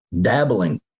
dabbling